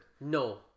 No